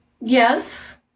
Yes